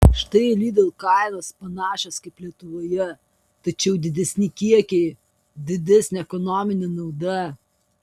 štai lidl kainos panašios kaip lietuvoje tačiau didesni kiekiai didesnė ekonominė nauda